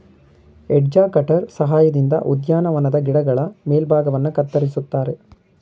edge cutter ಸಹಾಯದಿಂದ ಉದ್ಯಾನವನದ ಗಿಡಗಳ ಮೇಲ್ಭಾಗವನ್ನು ಕತ್ತರಿಸುತ್ತಾರೆ